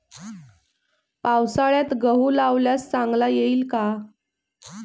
पावसाळ्यात गहू लावल्यास चांगला येईल का?